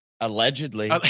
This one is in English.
Allegedly